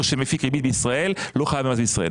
שמפיק ריבית בישראל לא חייב במס בישראל.